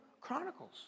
Chronicles